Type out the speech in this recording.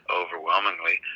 overwhelmingly